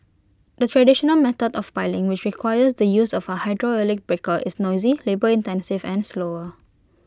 the traditional method of piling which requires the use of A hydraulic breaker is noisy labour intensive and slower